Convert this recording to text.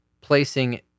placing